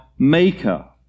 maker